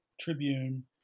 Tribune